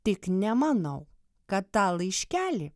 tik nemanau kad tą laiškelį